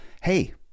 hey